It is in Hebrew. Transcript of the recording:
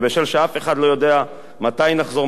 היא תיכנס לספר החוקים.